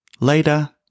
Later